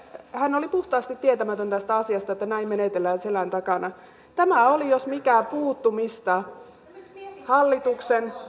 hän oli puhtaasti tietämätön tästä asiasta että näin menetellään selän takana tämä jos mikä oli puuttumista hallituksen